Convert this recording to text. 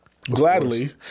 gladly